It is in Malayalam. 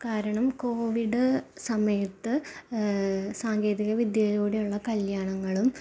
കാരണം കോവിഡ് സമയത്ത് സാങ്കേതിക വിദ്യകളിലൂടെയുള്ള കല്യാണങ്ങളും